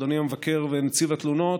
אדוני המבקר ונציב התלונות,